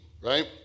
right